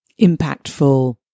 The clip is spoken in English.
impactful